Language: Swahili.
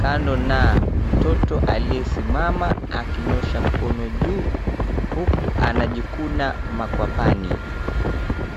kando na mtoto aliyesimama akinyosha mkono juu huku anajikuna makwapani.